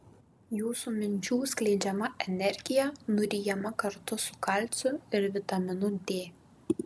jūsų minčių skleidžiama energija nuryjama kartu su kalciu ir vitaminu d